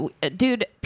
Dude